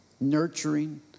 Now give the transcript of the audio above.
nurturing